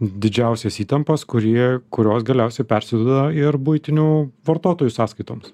didžiausias įtampas kurie kurios galiausiai persiduoda ir buitinių vartotojų sąskaitoms